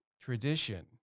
tradition